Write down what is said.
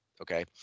okay